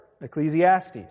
Ecclesiastes